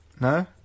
no